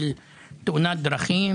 מתאונת דרכים